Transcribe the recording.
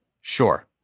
Sure